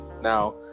Now